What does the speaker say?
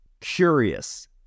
curious